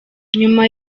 nyuma